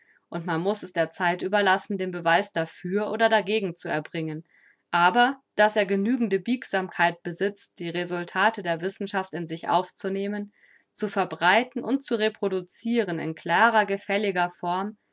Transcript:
und man muß es der zeit überlassen den beweis dafür oder dagegen zu erbringen aber daß er genügende biegsamkeit besitzt die resultate der wissenschaft in sich aufzunehmen zu verbreiten und zu reproduciren in klarer gefälliger form